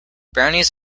brownies